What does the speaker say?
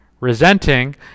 Resenting